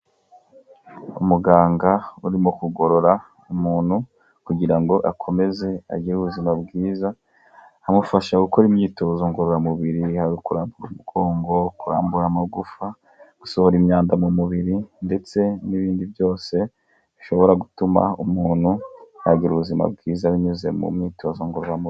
Umuganga urimo kugorora umuntu kugira ngo akomeze agire ubuzima bwiza, amufasha gukora imyitozo ngororamubiri yaba kurambura umugongo, kurambura amagufa, gusohora imyanda mu mubiri ndetse n'ibindi byose bishobora gutuma umuntu yagira ubuzima bwiza binyuze mu myitozo ngororamubiri.